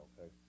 okay